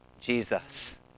Jesus